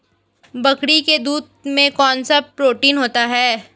बकरी के दूध में कौनसा प्रोटीन होता है?